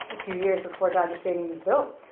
a few years before dodger stadium was built,